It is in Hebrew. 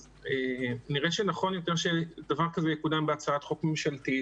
אז נראה שנכון יותר שדבר כזה יקודם בהצעת חוק ממשלתית.